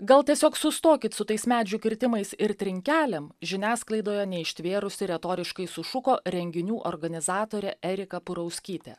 gal tiesiog sustokit su tais medžių kirtimais ir trinkelėm žiniasklaidoje neištvėrusi retoriškai sušuko renginių organizatorė erika purauskytė